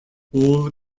all